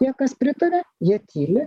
tie kas pritaria jie tyli